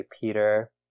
peter